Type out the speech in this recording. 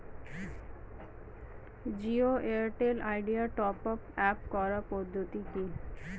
Jio Airtel idea top up করার পদ্ধতি কি?